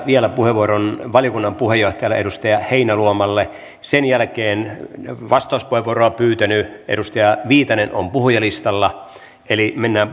vielä puheenvuoron valiokunnan puheenjohtajalle edustaja heinäluomalle sen jälkeen vastauspuheenvuoroa pyytänyt edustaja viitanen on puhujalistalla eli mennään